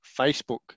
Facebook